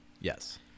Yes